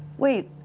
wait.